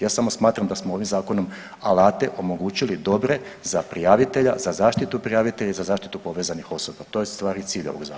Ja samo smatram da smo ovim zakonom alate omogućili dobre za prijavitelja, za zaštitu prijavitelja i za zaštitu povezanih osoba to je ustvari cilj ovog zakona.